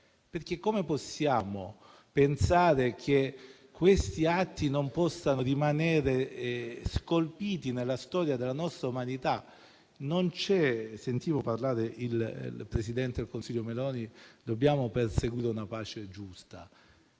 Come possiamo pensare che questi atti possano non rimanere scolpiti nella storia della nostra umanità? Sentivo parlare il presidente del Consiglio Meloni, secondo cui dobbiamo perseguire una pace giusta,